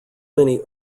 many